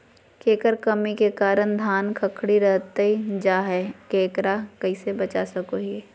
केकर कमी के कारण धान खखड़ी रहतई जा है, एकरा से कैसे बचा सको हियय?